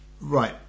Right